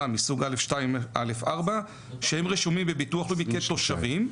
מסוג א/2-א/4 שהם רשומים בביטוח הלאומי כתושבים,